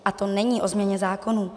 A to není o změně zákonů.